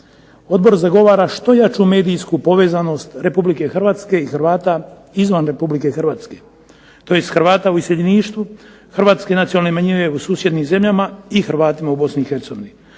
Odbor zagovara što jaču medijsku povezanost Republike Hrvatske i Hrvata izvan Republike Hrvatske, tj. Hrvata u iseljeništvu, Hrvatske nacionalne manjine u susjednim zemljama i Hrvatima u Bosni